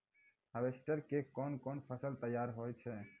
Harvester के कोन कोन फसल तैयार होय छै?